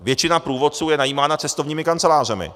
Většina průvodců je najímána cestovními kancelářemi.